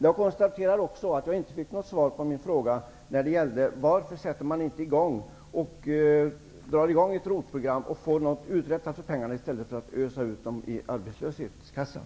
Jag konstaterar också att jag inte fick något svar på min fråga: Varför drar man inte i gång ett ROT program och får något uträttat för pengarna, i stället för att ösa ut dem via arbetslöshetskassan?